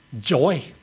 joy